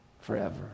forever